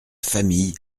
famille